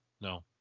no